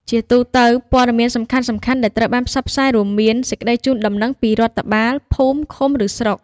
ជាទូទៅ ព័ត៌មានសំខាន់ៗដែលត្រូវបានផ្សព្វផ្សាយរួមមាន សេចក្ដីជូនដំណឹងពីរដ្ឋបាលភូមិ ឃុំ ឬស្រុក។